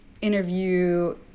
interview